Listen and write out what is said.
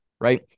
right